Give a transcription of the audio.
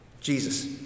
Jesus